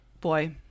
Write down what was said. boy